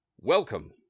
Welcome